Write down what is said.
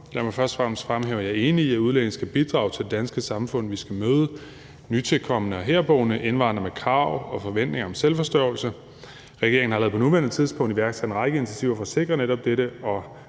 jeg er enig i, at udlændinge skal bidrage til det danske samfund. Vi skal møde nytilkomne og herboende indvandrere med krav og forventninger om selvforsørgelse. Regeringen har allerede på nuværende tidspunkt iværksat en række initiativer for at sikre netop